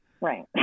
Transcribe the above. Right